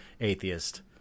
atheist